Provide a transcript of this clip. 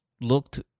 looked